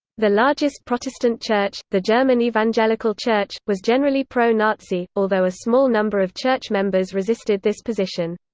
the largest protestant church, the german evangelical church, was generally pro-nazi, although a small number of church members resisted this position.